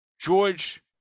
George